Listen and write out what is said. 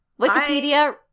Wikipedia